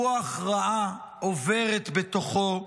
רוח רעה עוברת בתוכו,